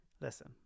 Listen